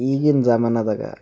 ಈಗಿನ ಜಮಾನದಾಗ